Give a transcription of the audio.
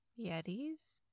Yetis